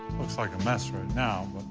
looks like a mess right now,